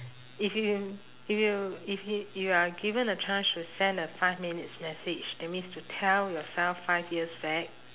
if you if you if if you are given the chance to send a five minutes message that means to tell yourself five years back